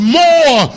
more